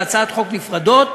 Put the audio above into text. להצעות חוק נפרדות,